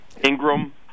Ingram